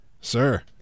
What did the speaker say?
sir